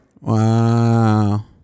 wow